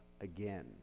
again